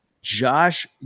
Josh